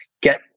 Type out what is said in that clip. get